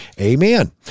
Amen